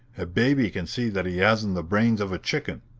a baby can see that he hasn't the brains of a chicken.